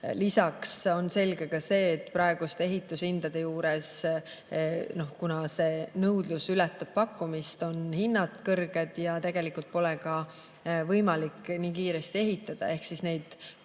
Lisaks on selge ka see, et praeguste ehitushindade juures, kuna see nõudlus ületab pakkumist, on hinnad kõrged ja tegelikult pole ka võimalik nii kiiresti ehitada. Ehk neid pindu